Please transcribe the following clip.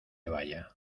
vaya